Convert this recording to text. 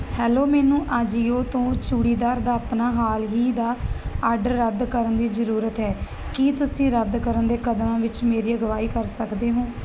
hello ਮੈਨੂੰ ਅਜੀਓ ਤੋਂ ਚੂੜੀਦਾਰ ਦਾ ਆਪਣਾ ਹਾਲ ਹੀ ਦਾ ਆਰਡਰ ਰੱਦ ਕਰਨ ਦੀ ਜ਼ਰੂਰਤ ਹੈ ਕੀ ਤੁਸੀਂ ਰੱਦ ਕਰਨ ਦੇ ਕਦਮਾਂ ਵਿੱਚ ਮੇਰੀ ਅਗਵਾਈ ਕਰ ਸਕਦੇ ਹੋ